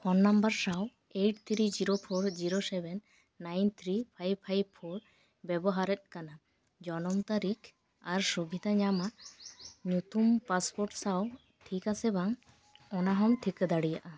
phone number ᱥᱟᱶ eight three zero four zero seven nine three five five four ᱵᱮᱵᱚᱦᱟᱨᱮᱫ ᱠᱟᱱ ᱡᱚᱱᱚᱢ ᱛᱟᱹᱨᱤᱠᱷ ᱟᱨ ᱥᱩᱵᱤᱫᱷᱟ ᱧᱟᱢᱟᱜ ᱧᱩᱛᱩᱢ ᱯᱟᱥᱯᱳᱨᱴ ᱥᱟᱶ ᱴᱷᱤᱠ ᱟᱥᱮ ᱵᱟᱝ ᱚᱱᱟᱦᱚᱢ ᱴᱷᱤᱠᱟᱹ ᱫᱟᱲᱮᱭᱟᱜᱼᱟ